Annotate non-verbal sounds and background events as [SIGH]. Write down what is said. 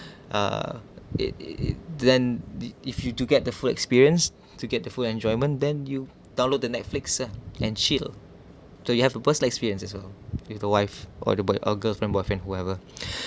[BREATH] uh it it it then if if you to get the full experience to get the full enjoyment then you download the netflix lah and chill so you have a burst experience as well with the wife or the boy or girlfriend boyfriend whoever [BREATH]